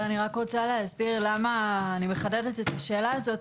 אני רק רוצה להסביר למה אני מחדדת את השאלה הזאת.